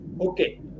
okay